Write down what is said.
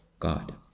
god